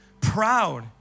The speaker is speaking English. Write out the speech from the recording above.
Proud